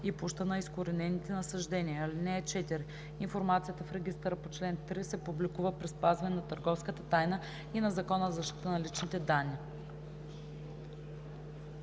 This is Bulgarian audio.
и площта на изкоренените насаждения. (4) Информацията в регистъра по чл. 3 се публикува при спазване на търговската тайна и на Закона за защита на личните данни.“